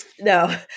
No